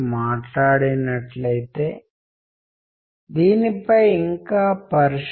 ఇప్పుడు నిజానికి హైకూ ఆ క్షణం యొక్క సాక్షాత్కారాన్ని ఇలా వ్యక్తపరచాలి